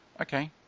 okay